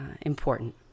important